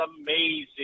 amazing